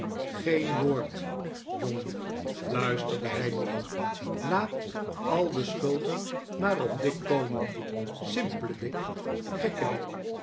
geen woord jongen fluisterde hij nog laat al de schuld maar op dick komen simpele dick gekke dick